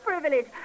privilege